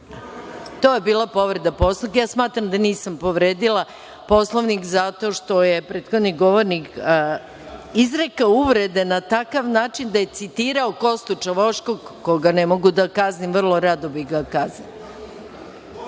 To je bila povreda Poslovnika. Smatram da nisam povredila Poslovnik zato što je prethodni govornik izrekao uvrede na takav način da je citirao Kostu Čavoškog koga ne mogu da kaznim, vrlo rado bih ga